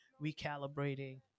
recalibrating